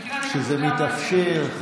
כשזה מתאפשר,